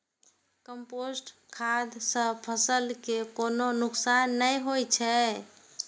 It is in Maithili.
कंपोस्ट खाद सं फसल कें कोनो नुकसान नै होइ छै